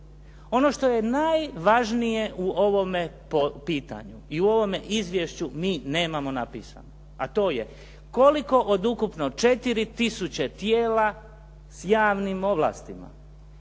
Ono što je najvažnije u ovome pitanju i u ovome izvješću mi nemamo napisano, a to je koliko od ukupno 4 tisuće tijela s javnim ovlastima